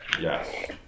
Yes